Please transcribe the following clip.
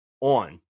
on